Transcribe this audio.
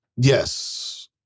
Yes